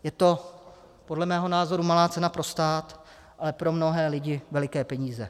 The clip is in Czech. Je to podle mého názoru malá cena pro stát, ale pro mnohé lidi veliké peníze.